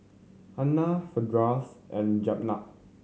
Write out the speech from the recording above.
Hana Firdaus and Jenab